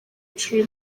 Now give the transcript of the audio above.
inshuro